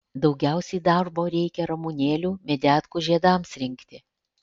daugiausiai darbo reikia ramunėlių medetkų žiedams rinkti